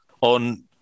on